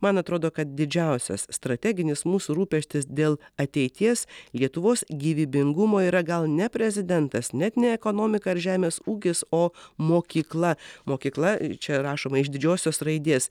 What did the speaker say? man atrodo kad didžiausias strateginis mūsų rūpestis dėl ateities lietuvos gyvybingumo yra gal ne prezidentas net ne ekonomika ar žemės ūkis o mokykla mokykla čia rašoma iš didžiosios raidės